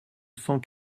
cent